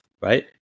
right